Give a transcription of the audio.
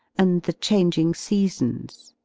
and the changing seasons.